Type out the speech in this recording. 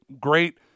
great